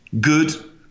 good